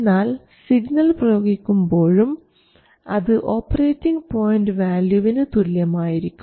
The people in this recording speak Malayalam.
എന്നാൽ സിഗ്നൽ പ്രയോഗിക്കുമ്പോഴും അത് ഓപ്പറേറ്റിംഗ് പോയിൻറ് വാല്യൂവിന് തുല്യമായിരിക്കും